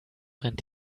brennt